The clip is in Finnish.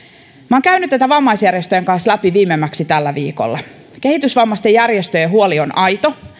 olen käynyt tätä vammaisjärjestöjen kanssa läpi viimeimmäksi tällä viikolla ja kehitysvammaisten järjestöjen huoli on aito